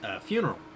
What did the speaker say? funeral